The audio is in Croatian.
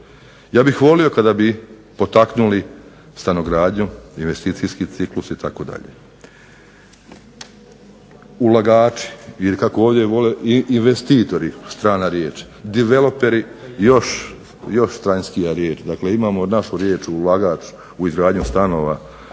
Ja bih volio kada bi potaknuli stanogradnju, investicijski ciklus itd. Ulagači ili kako ovdje vole investitori, strana riječ, developeri još stranjskija riječ. Dakle, imamo našu riječ ulagač u izgradnju stanova,